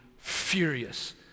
furious